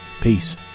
Peace